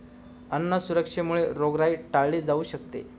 अन्न सुरक्षेमुळे रोगराई टाळली जाऊ शकते